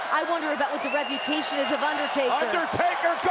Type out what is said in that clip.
i wonder about what the reputation is of undertaker. undertaker